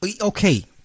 Okay